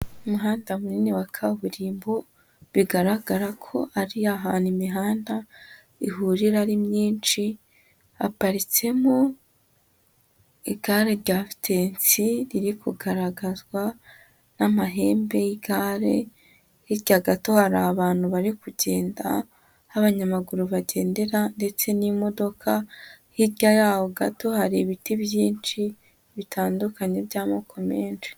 Umuhanda munini wa kaburimbo bigaragara ko ari ahantu imihanda ihurira ari myinshi haparitsemo igare rya vitensi riri kugaragazwa n'amahembe y'igare, hirya gato hari abantu bari kugenda aho abanyamaguru bagendera ndetse n'imodoka, hirya yaho gato hari ibiti byinshi bitandukanye by'amoko menshi.